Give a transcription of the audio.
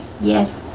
Yes